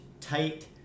tight